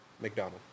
McDonald